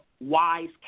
wise